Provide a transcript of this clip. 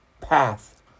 path